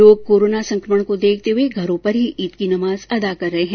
लोग कोरोना संक्रमण को देखते हुए घरों पर ही ईद की नमाज अदा कर रहे है